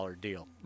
deal